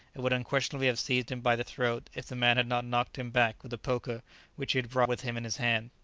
and would unquestionably have seized him by the throat if the man had not knocked him back with a poker which he had brought with him in his hand.